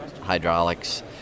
hydraulics